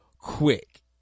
quick